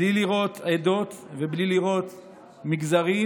בלי לראות עדות ובלי לראות מגזרים,